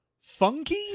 Funky